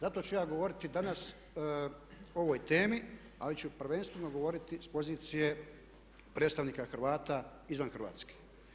Zato ću ja govoriti danas o ovoj temi ali ću prvenstveno govoriti s pozicije predstavnika Hrvata izvan Hrvatske.